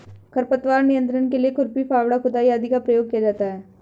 खरपतवार नियंत्रण के लिए खुरपी, फावड़ा, खुदाई आदि का प्रयोग किया जाता है